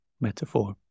metaphor